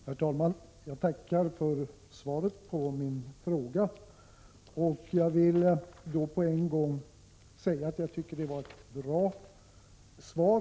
Herr talman! Jag tackar för svaret på min fråga. Jag vill på en gång säga att jag tycker det är ett bra svar.